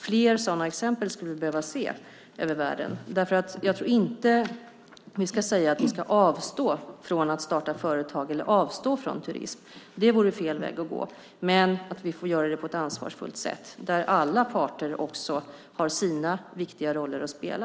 Vi skulle behöva se fler sådana exempel över världen. Jag tror inte att vi ska säga att vi avstår från att starta företag eller avstår från turism, det vore fel väg att gå, men vi ska göra det på ett ansvarsfullt sätt där alla parter har sina viktiga roller att spela.